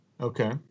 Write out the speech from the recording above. Okay